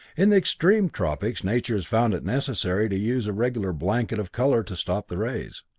in the extreme tropics nature has found it necessary to use a regular blanket of color to stop the rays.